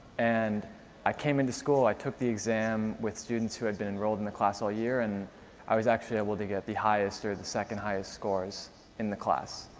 and i came into school, i took the exam with students who had been enrolled in the class all year, and i was actually able to get the highest, or the second highest scores in the class.